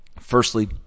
Firstly